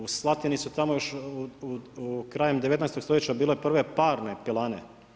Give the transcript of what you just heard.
U Slatini su tamo još krajem 19 stoljeća bile prve parne pilane.